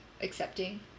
accepting